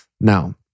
Now